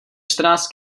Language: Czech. čtrnáct